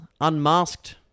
Unmasked